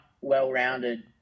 well-rounded